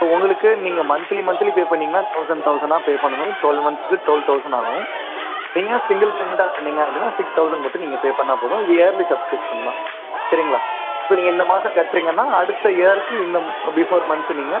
உங்களுக்கு நீங்கள் monthly monthly pay பண்ணீங்கனால் தொளசண்ட் தொளசண்ட்னாக பே பண்ணனும் டுவெல் மன்த்ஸுக்கு டுவெல் தொளசண்ட் ஆகும் நீங்கள் சிங்கில் பேமன்ட்டாக பண்ணீங்க அப்படினா சிக்ஸ் தொளசண்ட் மட்டும் நீங்கள் பே பண்ணிணா போதும் இது இயர்லி சப்ஸ்கிரிப்ஷன் தான் சரிங்களா இப்போ நீங்கள் இந்த மாதம் கட்டுறீங்கனா அடுத்த இயருக்கு இந்த பிஃபோர் மன்த் நீங்கள்